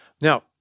Now